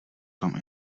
tom